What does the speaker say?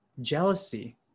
jealousy